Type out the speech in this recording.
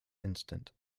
instant